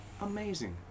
amazing